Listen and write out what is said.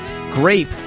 grape